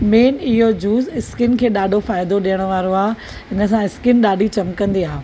main इहो juice skin खें ॾाढो फ़ाइदो ॾियण वारो आहे इन सां स्किन ॾाढी चिमकंदी आहे